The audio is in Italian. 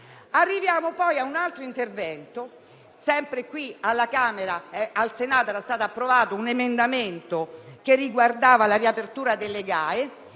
Arriviamo a un altro intervento: sempre al Senato era stato approvato un emendamento che riguardava la riapertura delle